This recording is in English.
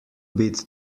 bit